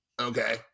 Okay